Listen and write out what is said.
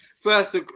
first